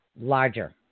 larger